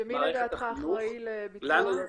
שמי, לדעתך, אחראי לביצוע?